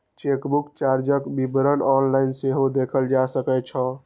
chequebook चार्जक विवरण online सेहो देखल जा सकै छै